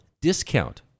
discount